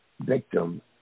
victim